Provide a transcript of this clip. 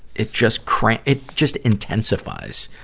it just cra, it just intensifies,